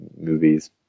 movies